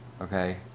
Okay